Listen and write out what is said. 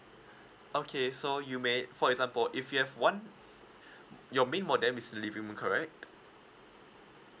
okay so you may for example if you have one your main modem is in living room correct